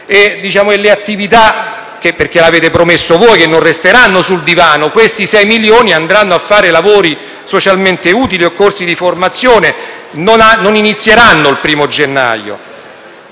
le attività - perché l'avete promesso voi che non resteranno sul divano, questi 6 milioni di persone, ma andranno a fare lavori socialmente utili o corsi di formazione - che non inizieranno il 1° gennaio.